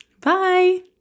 Bye